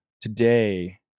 Today